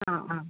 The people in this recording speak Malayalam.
ആ ആ